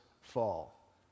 fall